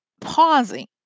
pausing